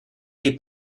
dei